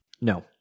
No